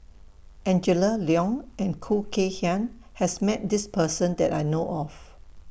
Angela Liong and Khoo Kay Hian has Met This Person that I know of